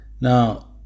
Now